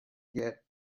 get